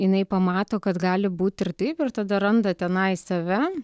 jinai pamato kad gali būti ir taip ir tada randa tenai save